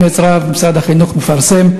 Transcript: באומץ רב משרד החינוך מפרסם,